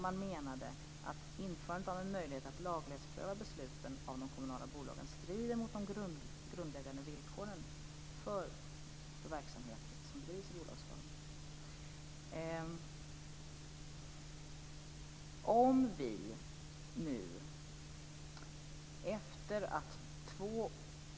Man menade att införandet av en möjlighet att laglighetspröva besluten i de kommunala bolagen strider mot de grundläggande villkoren för verksamheter som bedrivs i bolagsform.